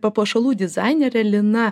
papuošalų dizainere lina